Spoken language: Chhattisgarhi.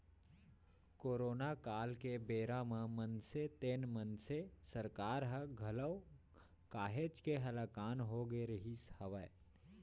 करोना काल के बेरा म मनसे तेन मनसे सरकार ह घलौ काहेच के हलाकान होगे रिहिस हवय